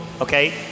Okay